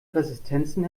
resistenzen